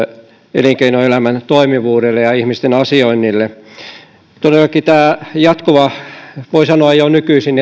elinkeinoelämän toimivuudelle ja ihmisten asioinnille todellakin tämä jatkuva voi sanoa jo nykyisin